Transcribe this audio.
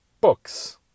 books